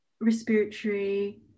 respiratory